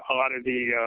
ah lot of the